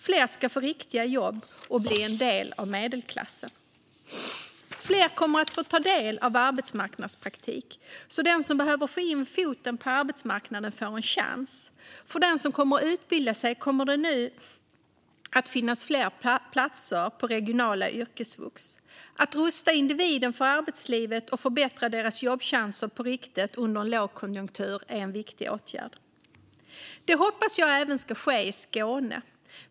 Fler ska få riktiga jobb och bli en del av medelklassen. Fler kommer att få ta del av arbetspraktik så att den som behöver få in foten på arbetsmarknaden får chansen. För den som kommer att utbilda sig kommer det nu att finnas fler platser på regionala yrkesvux. Att rusta individer för arbetslivet och förbättra deras jobbchanser på riktigt under en lågkonjunktur är viktig åtgärd. Det hoppas jag ska ske även i Skåne.